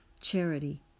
charity